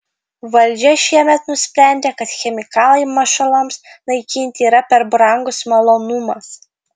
valdžia šiemet nusprendė kad chemikalai mašalams naikinti yra per brangus malonumas